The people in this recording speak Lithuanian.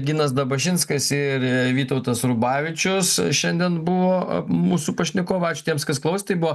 ginas dabašinskas ir vytautas rubavičius šiandien buvo mūsų pašnekovai ačiū tiems kas klausė tai buvo